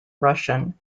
russian